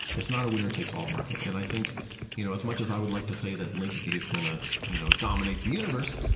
it's not a winner-takes-all market and i think you know as much as i would like to say that linkerd is going to you know dominate the universe,